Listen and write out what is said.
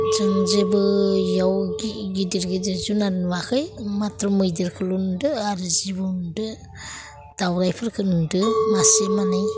जों जेबो बेयाव गिदिर गिदिर जुनार नुवाखै माथ्र' मैदरखौल' नुदों आरो जिबौ नुदो दाउरायफोरखौ नुदों मासे मानै